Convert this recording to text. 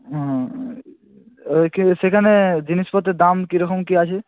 ওই কে সেখানে জিনিসপত্রের দাম কীরকম কী আছে